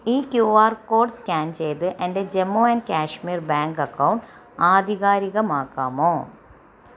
ഈ Q R code scan ചെയ്ത് എൻ്റെ Jammu and Kashmir bank account ആധികാരികമാക്കാമോ